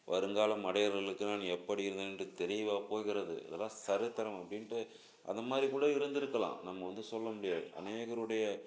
வருங்கால மடையர்களுக்கு நான் எப்படி இருந்தேன் என்று தெரியவா போகிறது இதெல்லாம் சரித்திரம் அப்படின்ட்டு அந்த மாதிரி கூட இருந்திருக்கலாம் நம்ம வந்து சொல்ல முடியாது அநேகருடைய